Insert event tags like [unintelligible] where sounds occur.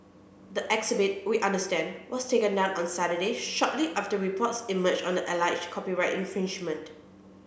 the exhibit we understand was taken down on Saturday shortly after reports emerged on the [unintelligible] copyright infringement